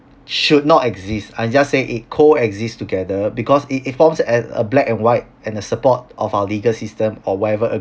should not exist I just say it coexist together because it it forms an a black and white and the support of our legal system or whatever